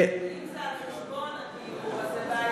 אם זה על חשבון הדיור אז זה בעייתי.